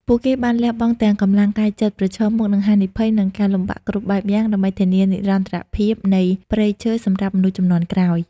ពួកគេបានលះបង់ទាំងកម្លាំងកាយចិត្ត ប្រឈមមុខនឹងហានិភ័យ និងការលំបាកគ្រប់បែបយ៉ាង ដើម្បីធានានិរន្តរភាពនៃព្រៃឈើសម្រាប់មនុស្សជំនាន់ក្រោយ។